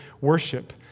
worship